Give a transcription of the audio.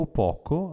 poco